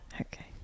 Okay